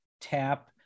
TAP